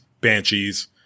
Banshees